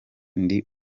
ndi